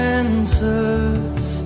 answers